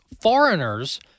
foreigners